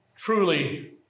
Truly